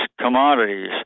commodities